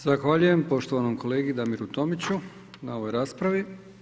Zahvaljujem poštovanom kolegi Damiru Tomiću na ovoj raspravi.